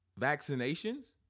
vaccinations